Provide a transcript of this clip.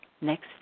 next